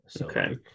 Okay